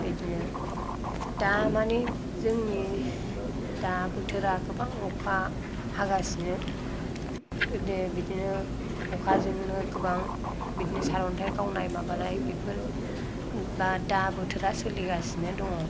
बिदिनो दा मानि जोंनि दा बोथोरा गोबां अखा हागासिनो बिदिनो अखाजोंनो गोबां बिदिनो सारअन्थाय गावनाय माबानाय बेफोर बा दा बोथोरआ सोलिगासिनो दङ